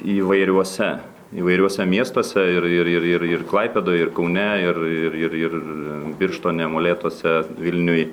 įvairiuose įvairiuose miestuose ir ir ir ir klaipėdoje ir kaune ir ir ir birštone molėtuose vilniuj